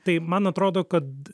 tai man atrodo kad